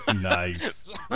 Nice